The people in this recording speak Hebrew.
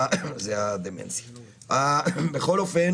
בכל אופן